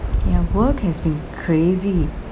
ya work has been crazy